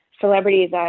celebrities